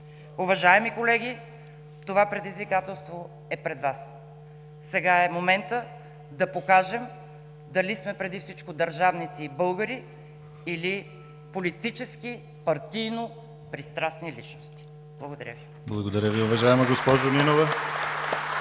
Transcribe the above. Уважаеми колеги, това предизвикателство е пред Вас. Сега е моментът да покажем дали сме преди всичко държавници и българи, или политически партийно пристрастни личности. Благодаря Ви. (Ръкопляскания от БСП за